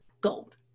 gold